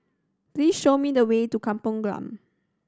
please show me the way to Kampung Glam